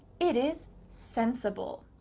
it is sensible.